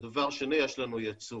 ודבר שני יש לנו יצוא,